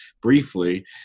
briefly